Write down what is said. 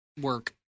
work